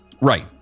right